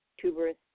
tuberous